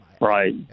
Right